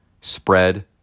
spread